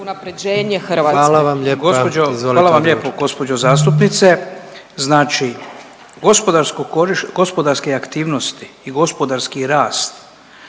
Hvala vam lijepo gospodine zastupniče.